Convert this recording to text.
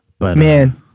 Man